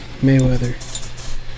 Mayweather